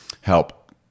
help